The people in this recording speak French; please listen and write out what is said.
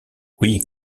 oui